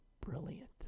Brilliant